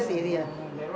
where was it uh